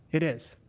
it is.